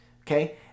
Okay